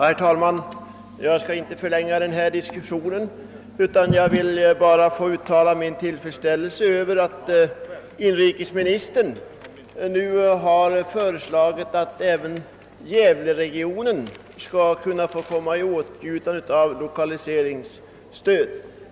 Herr talman! Jag skall inte mycket förlänga denna diskussion. Jag vill bara uttala min tillfredsställelse över att inrikesministern nu har föreslagit att även gävleregionen skall kunna komma i åtnjutande av lokaliseringsstöd.